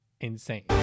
insane